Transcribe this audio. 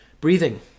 Breathing